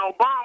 Obama